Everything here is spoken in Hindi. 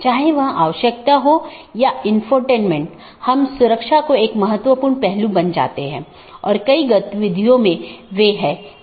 यदि आप याद करें तो हमने एक पाथ वेक्टर प्रोटोकॉल के बारे में बात की थी जिसने इन अलग अलग ऑटॉनमस सिस्टम के बीच एक रास्ता स्थापित किया था